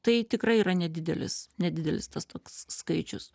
tai tikrai yra nedidelis nedidelis tas toks skaičius